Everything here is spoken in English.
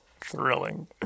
Thrilling